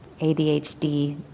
ADHD